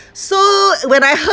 so when I heard